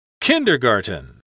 Kindergarten